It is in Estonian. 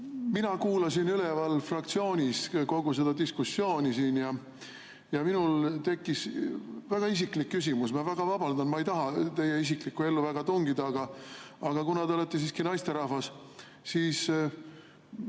Mina kuulasin üleval fraktsioonis kogu seda diskussiooni siin ja minul tekkis väga isiklik küsimus. Ma väga vabandan, ma ei taha teie isiklikku ellu väga tungida, aga kuna te olete siiski naisterahvas …